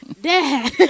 Dad